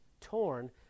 torn